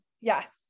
Yes